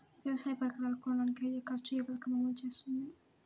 వ్యవసాయ పరికరాలను కొనడానికి అయ్యే ఖర్చు ఏ పదకము అమలు చేస్తుంది?